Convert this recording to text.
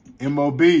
MOB